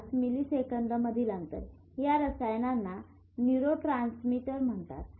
5 मिलीसेकंदमधील अंतर या रसायनांना न्यूरोट्रांसमीटर म्हणतात